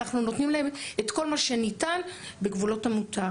אנחנו נותנים להם את כל מה ניתן בגבולות המותר.